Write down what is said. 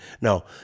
No